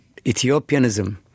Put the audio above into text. Ethiopianism